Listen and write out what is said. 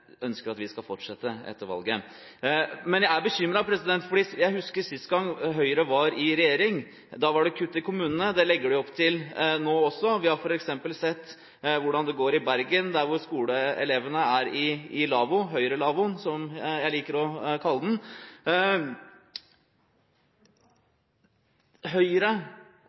ønsker at vi skal fortsette etter valget. Men jeg er bekymret. Jeg husker sist Høyre var i regjering. Da var det kutt til kommunene. Det legger de opp til nå også. Vi har f.eks. sett hvordan det går i Bergen, der hvor skoleelevene er i lavvo, Høyre-lavvoen, som jeg liker å kalle den. Høyre